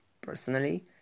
personally